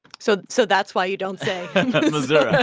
so so that's why you don't say missoura.